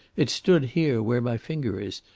it stood here, where my finger is,